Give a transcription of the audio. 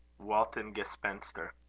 walten gespenster.